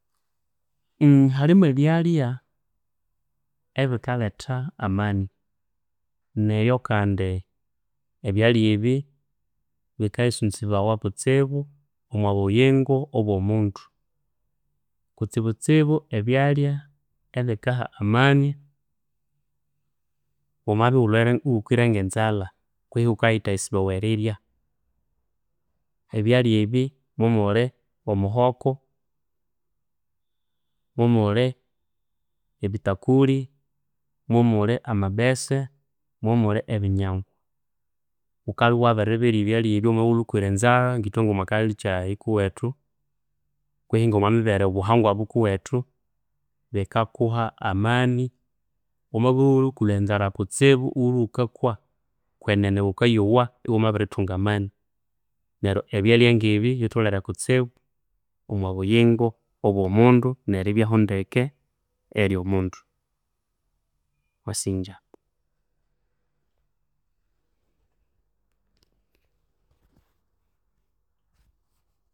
Halimu ebyalhya ebikaletha amani neryo kandi ebyalhya ebi bikaisunzibawa kutsibu omwa buyingo obwa mundu. Kutsibutsibu ebyalhya ebikaha amani wamabya iwulhwere iwukwire nge nzalha kwehi iwukaiyitaiyisibawa eirya, ebylhya ebi mwa muli omuhoko, mwa muli ebitakuli, mwa muli amabese mwa muli ebinyangwa. Wukabya wabiribirya wamabya iwulwe wukwire enzalha ithwe nga mwa culture ikuwethukwehi nga mwa mibere obuhangwa bukuwethu, bikakuha amani. Wamabya iwulwe wukwire enzalha nyinene kutsibu iwulwe iwukakwa, kwenene wukayowa iwamabithunga amani neryo ebyalhya ngebi bitholere kutsibu omwa buyingo obwa mundu neribyaho ndeke eryo mundu, mwa singya.